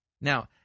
Now